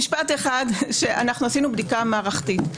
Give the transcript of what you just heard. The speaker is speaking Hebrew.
משפט אחד, עשינו בדיקה מערכתית.